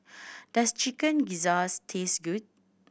does Chicken Gizzard taste good